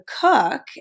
cook